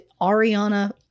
Ariana